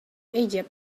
egypt